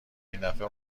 ایندفعه